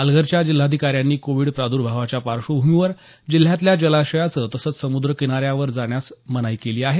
पालघरच्या जिल्हाधिकाऱ्यांनी कोविड प्राद्र्भावाच्या पार्श्वभूमीवर जिल्ह्यातल्या जलाशयं तसंच समुद्रकिनाऱ्यांवर जाण्यास मनाई केलेली आहे